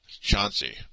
Chauncey